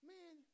Man